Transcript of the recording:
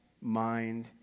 mind